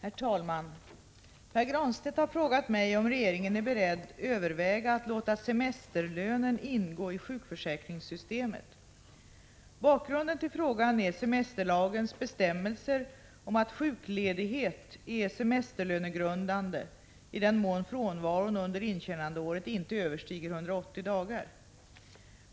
Herr talman! Pär Granstedt har frågat mig om regeringen är beredd överväga att låta semesterlönen ingå i sjukförsäkringssystemet. Bakgrunden till frågan är semesterlagens bestämmelser om att sjukledighet är semesterlönegrundande i den mån frånvaron under intjänandeåret inte överstiger 180 dagar.